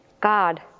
God